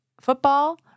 football